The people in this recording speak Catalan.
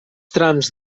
trams